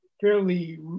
fairly